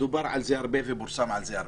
ודובר על זה הרבה ופורסם על זה הרבה,